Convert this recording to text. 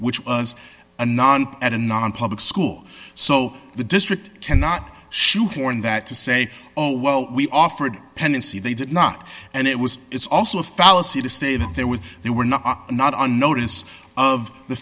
which was unarmed at a nonpublic school so the district cannot shoehorn that to say oh well we offered pendency they did not and it was it's also a fallacy to say that they were they were not not on notice of the